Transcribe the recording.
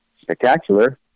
spectacular